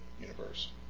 universe